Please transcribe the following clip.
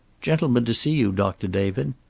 gentleman to see you, doctor david.